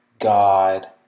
God